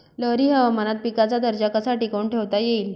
लहरी हवामानात पिकाचा दर्जा कसा टिकवून ठेवता येईल?